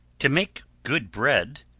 to make good bread,